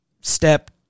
step